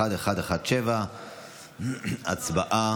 1117. הצבעה.